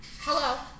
hello